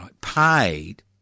paid